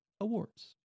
Awards